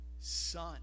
son